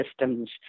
systems